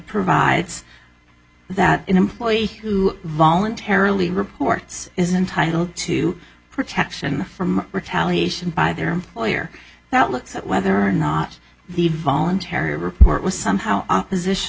provides that an employee who voluntarily reports is entitle to protection from retaliation by their employer that looks at whether or not the voluntary report was somehow opposition